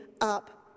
up